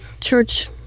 church